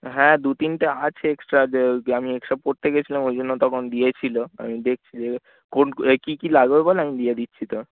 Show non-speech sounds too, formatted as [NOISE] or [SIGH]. হ্যাঁ দু তিনটে আছে এক্সট্রা [UNINTELLIGIBLE] আমি এক্সট্রা পড়তে গিয়েছিলাম ওই জন্য তখন দিয়েছিল আমি দেখছি দেখে কোন এই কী কী লাগবে বল আমি দিয়ে দিচ্ছি তোর